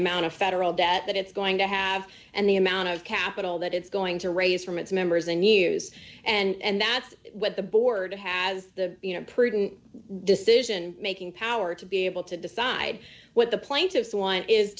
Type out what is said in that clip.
amount of federal debt that it's going to have and the amount of capital that it's going to raise from its members in use and that's what the board has the you know prudent decision making power to be able to decide what the plaintiffs want is